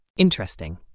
Interesting